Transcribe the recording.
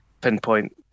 pinpoint